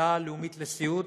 מההוצאה הלאומית לסיעוד